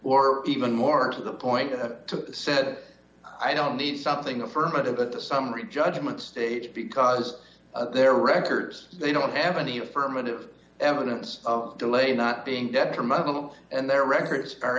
or even more to the point of the said i don't need something affirmative but the summary judgment stage because their records they don't have any affirmative evidence of delayed not being detrimental and their records